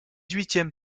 huitième